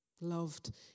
Loved